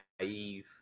naive